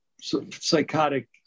psychotic